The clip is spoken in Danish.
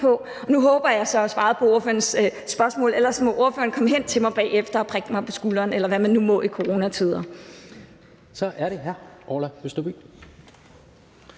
Nu håber jeg så, at jeg svarede på ordførerens spørgsmål, ellers må ordføreren komme hen til mig bagefter og prikke mig på skulderen, eller hvad man nu må i coronatider.